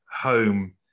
home